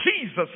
Jesus